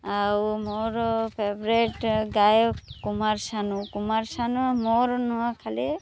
ଆଉ ମୋର ଫେଭରେଟ୍ ଗାୟକ କୁମାର ଶାନୁ କୁମାର ଶାନୁ ମୋର ନୂଆ ଖାଲି